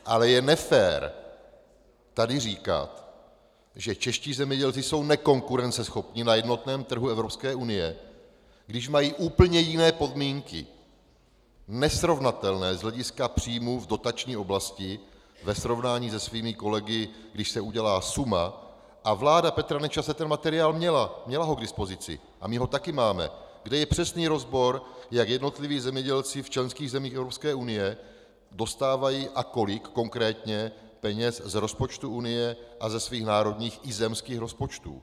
Ale je nefér tady říkat, že čeští zemědělci jsou nekonkurenceschopní na jednotném trhu Evropské unie, když mají úplně jiné podmínky, nesrovnatelné z hlediska příjmů v dotační oblasti ve srovnání se svými kolegy, když se udělá suma, a vláda Petra Nečase ten materiál měla, měla ho k dispozici, a my ho taky máme, kde je přesný rozbor, jak jednotliví zemědělci v členských zemích Evropské unie dostávají a kolik konkrétně peněz z rozpočtu Unie a ze svých národních i zemských rozpočtů.